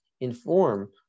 inform